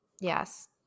yes